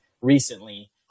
recently